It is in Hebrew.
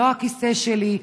לא הכיסא שלי,